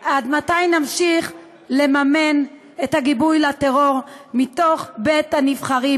עד מתי נמשיך לממן את הגיבוי לטרור מתוך בית הנבחרים?